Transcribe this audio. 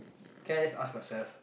can I just ask myself